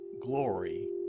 glory